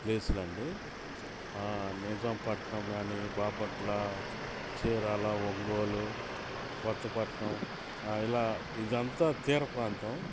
ప్లేసులండి Nizampatnam గానీ బాపట్ల చీరాల ఒంగోలు కొత్తపట్నం ఇలా ఇదంతా తీర ప్రాంతం